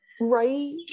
Right